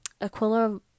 Aquila